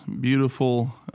beautiful